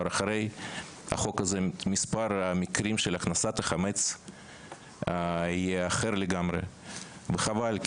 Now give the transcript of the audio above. אחרי החוק הזה מספר המקרים של הכנסת חמץ יהיה אחר לגמרי וחבל,